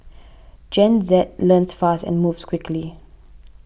Gen Z learns fast and moves quickly